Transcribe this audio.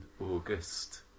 august